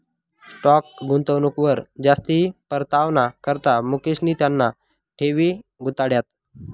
stock गुंतवणूकवर जास्ती परतावाना करता मुकेशनी त्याना ठेवी गुताड्यात